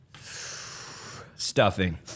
Stuffing